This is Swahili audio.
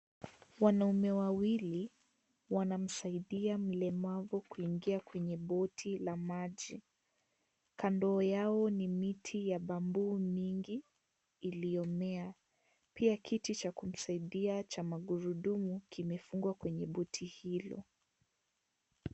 Wanaume wawili wanamsaidia mlemavu kuingia kwenye boti la maji, kando ni miti ya bamboo mingi iliyomea pia kiti cha kumsaidia cha magurudumu kimefungwa kwenye goti hilo.